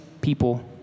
people